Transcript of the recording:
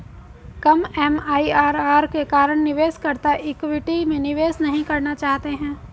कम MIRR के कारण निवेशकर्ता इक्विटी में निवेश नहीं करना चाहते हैं